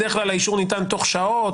בכלל האישור ניתן תוך שעות,